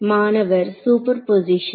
மாணவர் சூப்பர்போசிஷன்